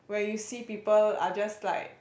where you see people are just like